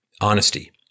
honesty